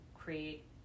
create